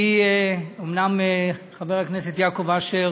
אומנם חבר הכנסת יעקב אשר